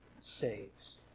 saves